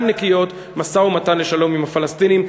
נקיות משא-ומתן לשלום עם הפלסטינים.